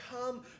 come